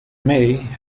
may